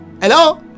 Hello